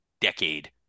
decade